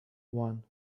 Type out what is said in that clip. one